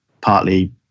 partly